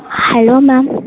hello ma'am